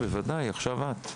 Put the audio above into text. בבקשה, עכשיו את.